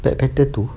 black panther two